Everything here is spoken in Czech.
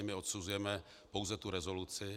My odsuzujeme pouze rezoluci.